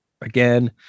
again